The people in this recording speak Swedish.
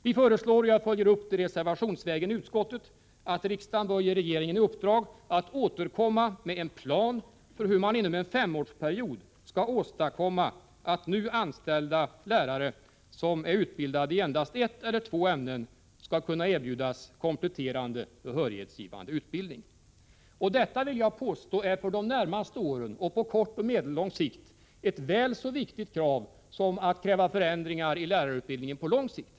Vi föreslår — jag gör en uppföljning reservationsvägen i utskottet — att riksdagen bör ge regeringen i uppdrag att återkomma med en plan för hur man inom en femårsperiod skall åstadkomma att nu anställda lärare som är utbildade i endast ett eller två ämnen skall kunna erbjudas kompletterande behörighetsgivande utbildning. Jag vill påstå att detta för de närmaste åren, och även på både kort och medellång sikt, är ett väl så viktigt krav, fullt jämförbart med kravet på förändringar i lärarutbildningen på lång sikt.